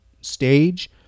stage